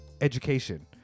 education